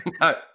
no